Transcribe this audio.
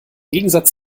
gegensatz